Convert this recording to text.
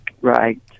Right